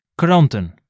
kranten